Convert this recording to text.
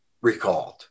recalled